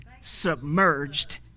submerged